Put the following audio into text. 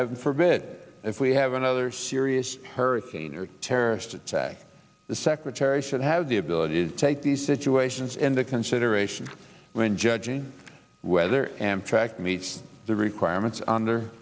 heaven forbid if we have another series hurricane or terrorist attack the secretary should have the ability to take these situations in the consideration when judging whether amtrak meets the requirements under